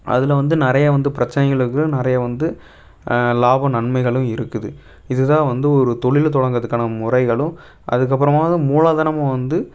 அதில் வந்து நிறைய வந்து பிரச்சனைகள் இருக்குது நிறைய வந்து லாபம் நன்மைகளும் இருக்குது இது தான் வந்து ஒரு தொழிலை தொடங்குவதுக்கான முறைகளும் அதுக்கப்புறமாவது மூலதனமும் வந்து